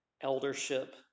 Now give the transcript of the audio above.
eldership